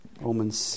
Romans